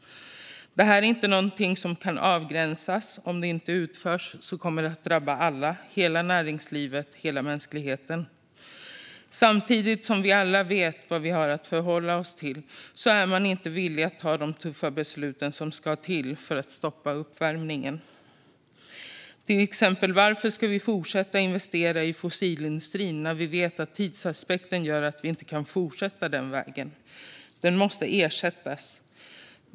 Detta är inte något som kan avgränsas. Om det inte utförs kommer det att drabba alla - hela näringslivet och hela mänskligheten. Samtidigt som vi alla vet vad vi har att förhålla oss till är man inte villig att ta de tuffa beslut som ska till för att stoppa uppvärmningen. Varför ska vi till exempel fortsätta att investera i fossilindustrin när vi vet att tidsaspekten gör att vi inte kan fortsätta den vägen? Den måste ersättas.